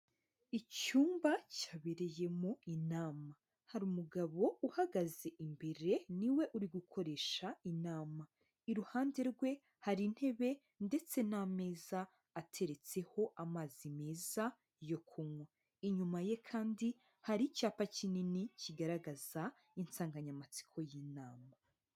Icyumba cyabereyemo inama hari umugabo uhagaze imbere niwe uri gukoresha inama, iruhande rwe hari intebe ndetse n'ameza ateretseho amazi meza yo kunywa, inyuma ye kandi hari icyapa kinini kigaragaza insanganyamatsiko y'inama.